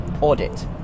audit